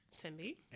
Timmy